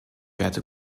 werte